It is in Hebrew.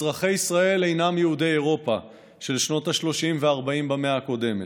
אזרחי ישראל אינם יהודי אירופה של שנות השלושים והארבעים במאה הקודמת.